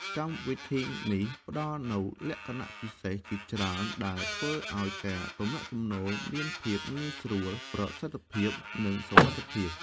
កម្មវិធីនេះផ្តល់នូវលក្ខណៈពិសេសជាច្រើនដែលធ្វើឲ្យការទំនាក់ទំនងមានភាពងាយស្រួល ប្រសិទ្ធភាព និងសុវត្ថិភាព។